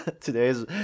today's